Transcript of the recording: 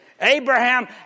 Abraham